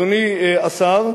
אדוני השר,